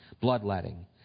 bloodletting